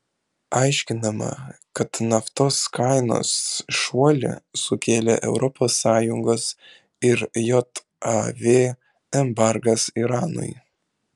aiškinama kad naftos kainos šuolį sukėlė europos sąjungos ir jav embargas iranui